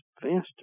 faster